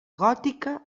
gòtica